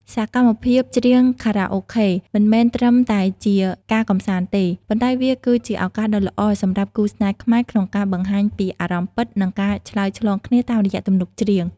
សកម្មភាពច្រៀងខារ៉ាអូខេ មិនមែនត្រឹមតែជាការកម្សាន្តទេ ប៉ុន្តែវាគឺជាឱកាសដ៏ល្អសម្រាប់គូស្នេហ៍ខ្មែរក្នុងការបង្ហាញពីអារម្មណ៍ពិត និងការឆ្លើយឆ្លងគ្នាតាមរយៈទំនុកច្រៀង។